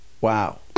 wow